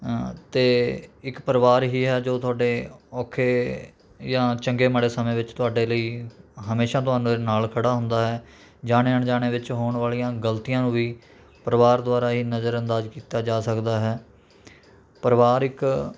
ਅਤੇ ਇੱਕ ਪਰਿਵਾਰ ਹੀ ਹੈ ਜੋ ਤੁਹਾਡੇ ਔਖੇ ਜਾਂ ਚੰਗੇ ਮਾੜੇ ਸਮੇਂ ਵਿੱਚ ਤੁਹਾਡੇ ਲਈ ਹਮੇਸ਼ਾਂ ਤੁਹਾਡੇ ਨਾਲ ਖੜ੍ਹਾ ਹੁੰਦਾ ਹੈ ਜਾਣੇ ਅਣਜਾਣੇ ਵਿੱਚ ਹੋਣ ਵਾਲੀਆਂ ਗਲਤੀਆਂ ਨੂੰ ਵੀ ਪਰਿਵਾਰ ਦੁਆਰਾ ਹੀ ਨਜ਼ਰਅੰਦਾਜ ਕੀਤਾ ਜਾ ਸਕਦਾ ਹੈ ਪਰਿਵਾਰ ਇੱਕ